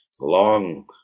long